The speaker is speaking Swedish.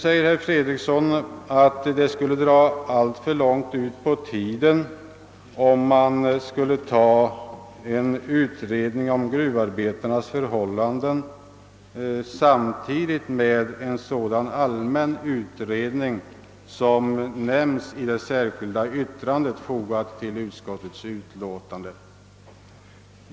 Det skulle dra för långt ut på tiden, anser herr Fredriksson, om en utredning av gruvarbetarnas förhållanden kopplades samman med en sådan all män utredning som förordas i det särskilda yttrande som fogats vid utlåtandet.